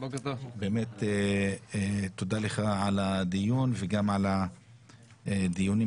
באמת תודה לך על הדיון וגם על הדיונים